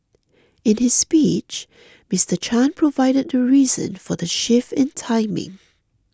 in his speech Mister Chan provided the reason for the shift in timing